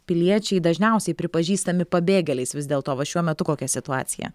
piliečiai dažniausiai pripažįstami pabėgėliais vis dėlto va šiuo metu kokia situacija